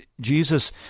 Jesus